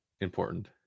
Important